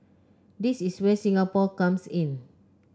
this is where Singapore comes in